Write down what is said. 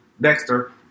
Dexter